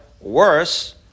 worse